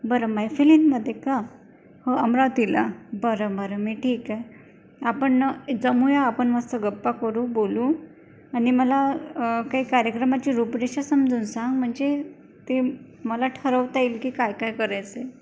बरं मैफिलींमध्ये का हो अमरावतीला बरं बरं मी ठीक आहे आपण न जमूया आपण मस्त गप्पा करू बोलू आणि मला काही कार्यक्रमाची रुपरेषा समजून सांग म्हणजे ते मला ठरवता येईल की काय काय करायचं आहे